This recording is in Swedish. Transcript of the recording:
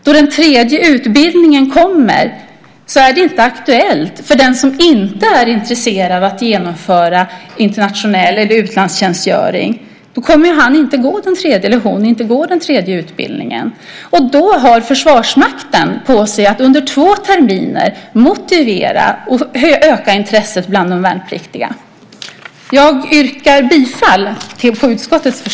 Då den tredje utbildningen kommer är den inte aktuell för den som inte är intresserad av utlandstjänstgöring. Han eller hon kommer då inte att gå den tredje utbildningen. Försvarsmakten har tid på sig att under två terminer motivera och öka intresset bland de värnpliktiga. Jag yrkar bifall till utskottets förslag.